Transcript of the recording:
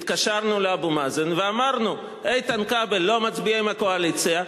התקשרנו לאבו מאזן ואמרנו: איתן כבל לא מצביע עם הקואליציה,